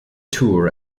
tour